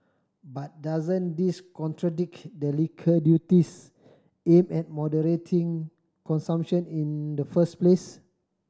but doesn't this contradict the liquor duties aim at moderating consumption in the first place